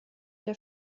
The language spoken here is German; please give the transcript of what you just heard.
der